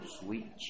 sweet